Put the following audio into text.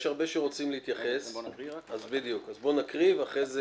יש הרבה שרוצים להתייחס, אז בואו נקריא ואחרי זה